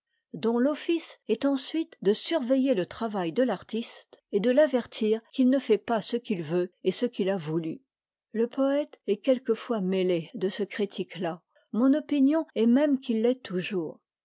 dont l'office est ensuite de surveiller le travail de l'artiste et de l'avertir qu'il ne fait pas ce qu'il veut et ce qu'il a voulu le poète est quelquefois mêlé de ce critique là mon opinion est même qu'il l'est toujours